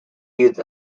youth